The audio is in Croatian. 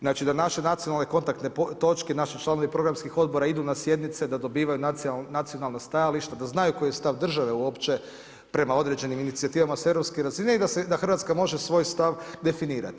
Znači, da naš nacionalni kontakt, točke i naši članovi programskog odbora idu na sjednice, da dobivaju nacionalna stajališta, da znaju koji je stav države uopće prema određenim inicijativama s europske razine i da Hrvatska može svoj stav definirati.